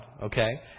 Okay